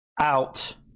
out